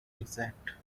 exact